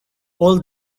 all